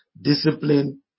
discipline